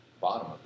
bottom